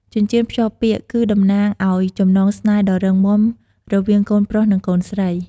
ចិញ្ចៀនភ្ជាប់ពាក្យ គឺតំណាងអោយចំណងស្នេហ៍ដ៏រឹងមាំរវាងកូនប្រុស និងកូនស្រី។